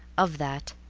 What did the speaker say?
of that,